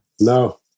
No